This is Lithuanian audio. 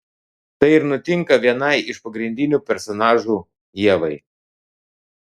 tai ir nutinka vienai iš pagrindinių personažų ievai